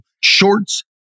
shorts